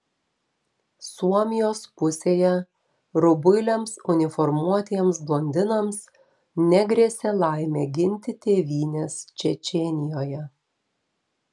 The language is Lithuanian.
suomijos pusėje rubuiliams uniformuotiems blondinams negrėsė laimė ginti tėvynės čečėnijoje